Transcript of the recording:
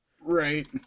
Right